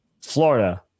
Florida